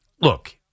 Look